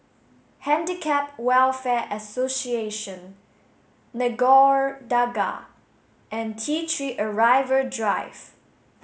Handicap Welfare Association Nagore Dargah and T three Arrival Drive